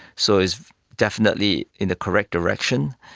so it's definitely in the correct direction.